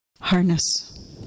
Harness